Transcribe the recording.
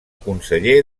conseller